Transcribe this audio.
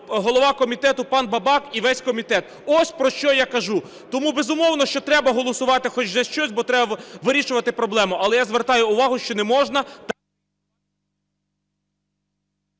голова комітету пан Бабак і весь комітет. Ось про що я кажу. Тому, безумовно, що треба голосувати хоч за щось, бо треба вирішувати проблему. Але я звертаю увагу, що не можна…